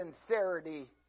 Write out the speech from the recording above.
sincerity